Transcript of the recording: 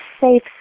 safe